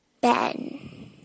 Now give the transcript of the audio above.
Ben